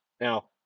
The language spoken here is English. Now